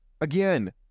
Again